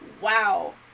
Wow